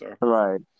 Right